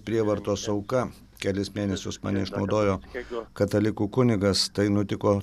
prievartos auka kelis mėnesius mane išnaudojo katalikų kunigas tai nutiko